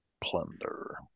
Plunder